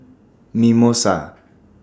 Mimosa